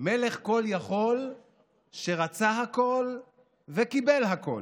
מלך כל-יכול שרצה הכול וקיבל הכול.